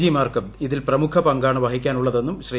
G മാർക്കും ഇതിൽ പ്രമുഖ പങ്കാണ് വഹിക്കാനുള്ളതെന്നും ശ്രീ